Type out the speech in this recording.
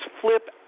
flip